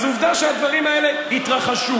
אז עובדה שהדברים האלה התרחשו.